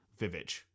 Vivage